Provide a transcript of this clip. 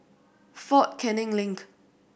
Fort Canning Link